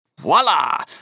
voila